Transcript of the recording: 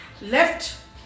left